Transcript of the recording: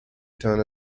turn